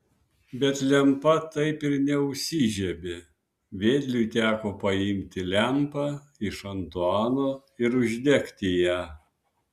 bet lempa taip ir neužsižiebė vedliui teko paimti lempą iš antuano ir uždegti ją